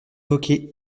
évoquer